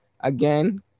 again